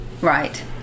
Right